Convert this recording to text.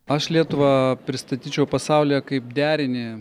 aš lietuvą pristatyčiau pasaulyje kaip derinį